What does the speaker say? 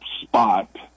spot